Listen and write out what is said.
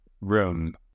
room